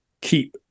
keep